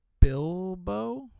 Bilbo